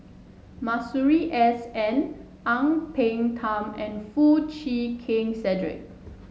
Masuri S N Ang Peng Tiam and Foo Chee Keng Cedric